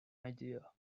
idea